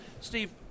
Steve